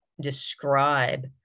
describe